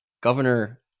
Governor